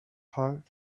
heart